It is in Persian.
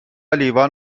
لیوان